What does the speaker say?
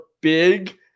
big